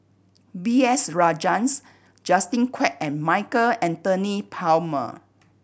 B S Rajhans Justin Quek and Michael Anthony Palmer